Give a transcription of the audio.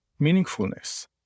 meaningfulness